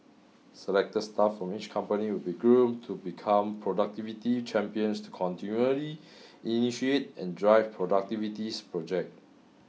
selected the staff from each company will be groomed to become productivity champions to continually initiate and drive productivity projects